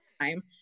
time